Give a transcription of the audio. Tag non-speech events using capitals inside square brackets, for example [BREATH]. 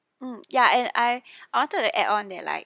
mm ya and I [BREATH] I wanted to add on that like